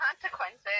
consequences